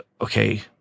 okay